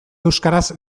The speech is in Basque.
euskaraz